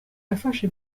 yafashe